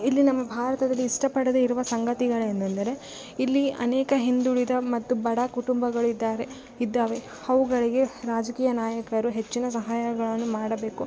ಇಲ್ಲಿ ನಮ್ಮ ಭಾರತದಲ್ಲಿ ಇಷ್ಟಪಡದೇ ಇರುವ ಸಂಗತಿಗಳು ಏನೆಂದರೆ ಇಲ್ಲಿ ಅನೇಕ ಹಿಂದುಳಿದ ಮತ್ತು ಬಡ ಕುಟುಂಬಗಳು ಇದ್ದಾರೆ ಇದ್ದಾವೆ ಅವುಗಳಿಗೆ ರಾಜಕೀಯ ನಾಯಕರು ಹೆಚ್ಚಿನ ಸಹಾಯಗಳನ್ನು ಮಾಡಬೇಕು